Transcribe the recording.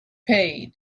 paid